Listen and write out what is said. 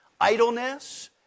idleness